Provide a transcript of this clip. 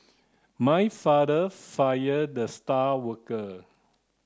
my father fired the star worker